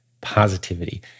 positivity